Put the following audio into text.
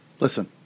Listen